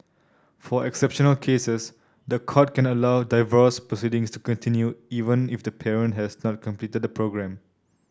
for exceptional cases the court can not allow divorce proceedings to continue even if the parent has not completed the programme